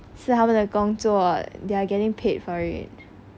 是他们的工作 there are getting paid for it